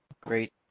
Great